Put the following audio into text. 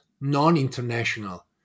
non-international